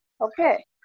okay